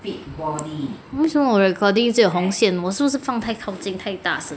为什么我的 recording 一直有红线我是不是方太靠近太大声